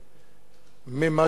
ממה שהוא נראה.